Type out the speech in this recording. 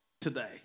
today